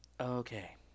Okay